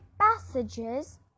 passages